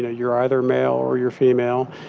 ah you're either male, or you're female.